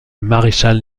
maréchal